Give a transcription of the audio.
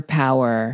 power